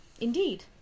Indeed